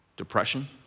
Depression